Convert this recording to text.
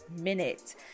minute